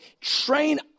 train